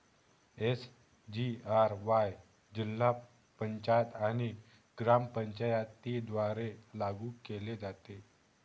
SGRY जिल्हा पंचायत आणि ग्रामपंचायतींद्वारे लागू केले जाते